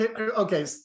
okay